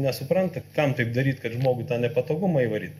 nesupranta kam taip daryt kad žmogui tą nepatogumą įvaryt